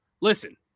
listen